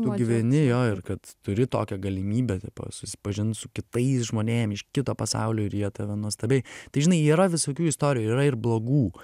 tu gyveni jo ir kad turi tokią galimybę susipažint su kitais žmonėm iš kito pasaulio ir jie tave nuostabiai tai žinai yra visokių istorijų yra ir blogų